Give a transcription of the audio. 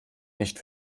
nicht